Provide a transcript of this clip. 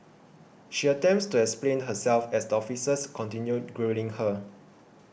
she attempts to explain herself as the officers continue grilling her